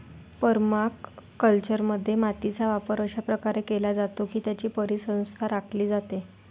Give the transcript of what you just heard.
परमाकल्चरमध्ये, मातीचा वापर अशा प्रकारे केला जातो की त्याची परिसंस्था राखली जाते